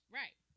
right